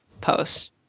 post